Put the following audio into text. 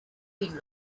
been